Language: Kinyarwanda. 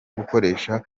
gukoresha